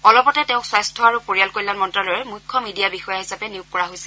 অলপতে তেওঁক স্বাস্থ্য আৰু পৰিয়াল কল্যাণ মন্ত্ৰ্যালয়ৰ মুখ্য মিডিয়া বিষয়া হিচাপে নিয়োগ কৰা হৈছিল